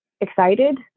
excited